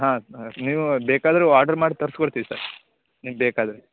ಹಾಂ ಸರ್ ನೀವು ಬೇಕಾದ್ರೆ ವಾಡ್ರ್ ಮಾಡಿ ತರ್ಸ್ಕೊಡ್ತೀವಿ ಸರ್ ನಿಮ್ಗೆ ಬೇಕಾದರೆ